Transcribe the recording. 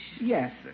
Yes